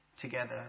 together